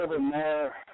more